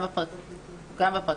גם בפרקליטות.